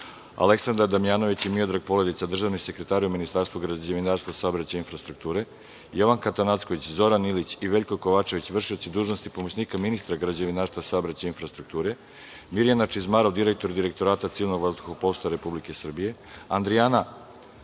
Aleksandar Damjanović i Miodrag Poledica, državni sekretari u Ministarstvu građevinarstva, saobraćaja i infrastrukture; Jovanka Atnacković, Zoran Ilić i Veljko Kovačević, vršioci dužnosti pomoćnika ministra građevinarstva, saobraćaja i infrastrukture; Mirjana Čizmarov, direktor Direktorata civilnog vazduhoplovstva Republike Srbije; Andrijana